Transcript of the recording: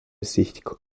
sich